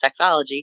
sexology